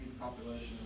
population